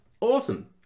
awesome